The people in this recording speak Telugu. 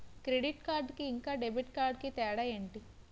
క్రెడిట్ కార్డ్ కి ఇంకా డెబిట్ కార్డ్ కి తేడా ఏంటి?